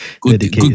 good